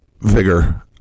vigor